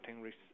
risk